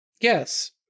Yes